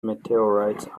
meteorites